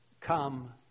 come